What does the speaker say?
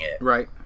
Right